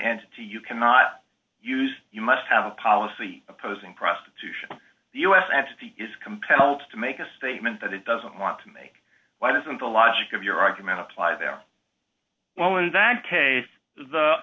to you cannot use you must have a policy opposing prostitution the us and is compelled to make a statement that it doesn't want to make what isn't the logic of your argument apply there well in that case the